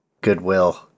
goodwill